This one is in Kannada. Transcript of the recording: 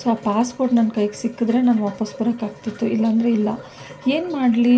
ಸೊ ಆ ಪಾಸ್ಪೋರ್ಟ್ ನನ್ನ ಕೈಗೆ ಸಿಕ್ಕಿದ್ರೆ ನಾನು ವಾಪಸ್ಸು ಬರೋಕ್ಕಾಗ್ತಿತ್ತು ಇಲ್ಲ ಅಂದ್ರೆ ಇಲ್ಲ ಏನು ಮಾಡಲಿ